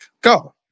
go